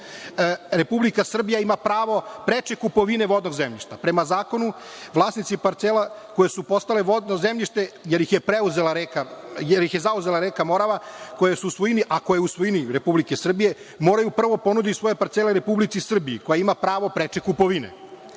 Republika Srbija ima pravo preče kupovine vodnog zemljišta. Prema zakonu vlasnici parcela koje su postale vodno zemljište, jer ih je zauzela reka Morava, koja je u svojini Republike Srbije, moraju prvo ponuditi svoje parcele Republici Srbiji, koja ima pravo preče kupovine. Goran